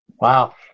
Wow